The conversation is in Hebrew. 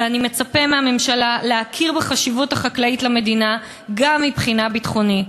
ואני מצפה מהממשלה להכיר בחשיבות החקלאות למדינה גם מבחינה ביטחונית.